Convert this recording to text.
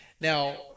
Now